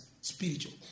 spiritual